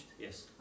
Yes